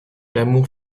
l’amour